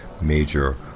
major